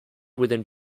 within